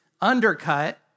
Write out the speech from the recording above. undercut